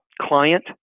client